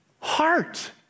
Heart